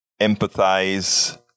empathize